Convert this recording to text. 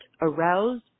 aroused